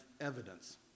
evidence